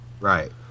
Right